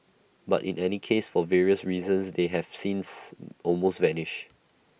but in any case for various reasons they have since almost vanished